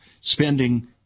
spending